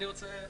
אני רוצה.